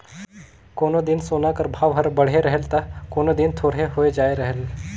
कोनो दिन सोना कर भाव हर बढ़े रहेल ता कोनो दिन थोरहें होए जाए रहेल